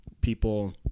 people